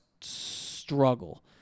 struggle